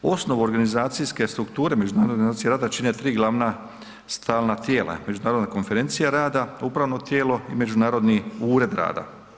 Osnovu organizacijske strukture Međunarodne organizacije rada čine tri glavna stalna tijela, Međunarodna konferencija rada, upravno tijelo i međunarodni ured rada.